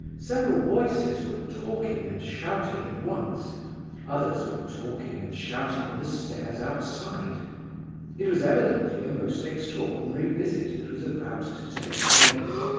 several voices were talking and shouting at once others were talking and shouting on the stairs outside it was evidently a most extraordinary visit that was about to take place.